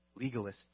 Legalists